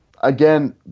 Again